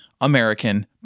American